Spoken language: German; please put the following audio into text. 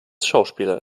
schauspieler